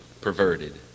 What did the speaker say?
perverted